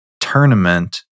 tournament